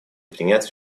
принять